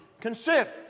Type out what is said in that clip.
consider